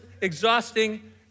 exhausting